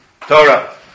torah